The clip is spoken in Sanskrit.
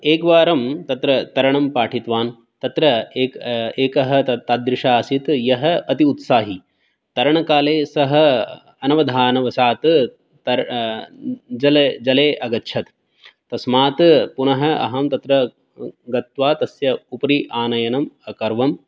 एकवारं तत्र तरणं पाठितवान् तत्र एक् एकः तादृशः आसीत् यः अति उत्साही तरणकाले सः अनवधानवशात् तर् जले जले अगच्छत् तस्मात् पुनः अहं तत्र गत्वा तस्य उपरि आनयनं अकरवम्